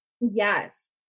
Yes